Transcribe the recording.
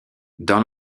dans